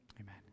Amen